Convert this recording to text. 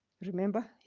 Remember